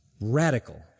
radical